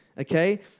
Okay